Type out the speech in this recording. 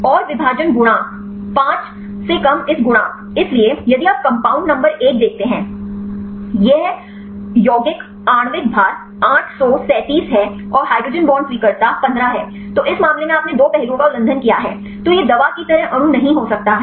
और विभाजन गुणांक 5 से कम इस गुणांक इसलिए यदि आप कंपाउंड नंबर 1 देखते हैं यह यौगिक आणविक भार 837 है और हाइड्रोजन बांड स्वीकर्ता 15 है तो इस मामले में आपने दो पहलुओं का उल्लंघन किया है तो यह दवा की तरह अणु नहीं हो सकता है